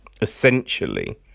Essentially